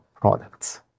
products